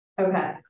Okay